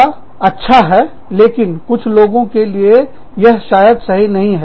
यह अच्छा है लेकिन कुछ लोगों के लिए यह शायद सही नहीं है